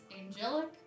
angelic